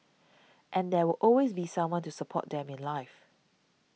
and there will always be someone to support them in life